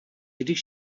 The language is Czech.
když